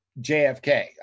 JFK